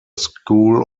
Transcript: school